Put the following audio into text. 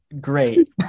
great